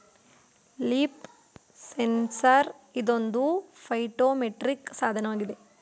leaf sensor ಇದೊಂದು phytometric ಸಾಧನವಾಗಿದೆ